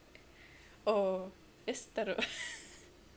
oh that's teruk